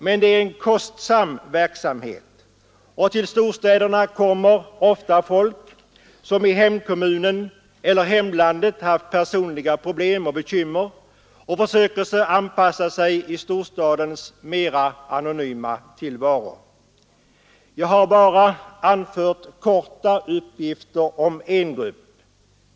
Men det är en kostsam verksamhet, och till storstäderna kommer ofta folk som i hemkommunen eller hemlandet haft personliga problem och bekymmer. De försöker anpassa sig i storstadens mera anonyma tillvaro. Jag har bara kortfattat anfört några synpunkter om en grupp.